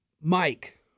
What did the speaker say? Mike